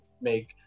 make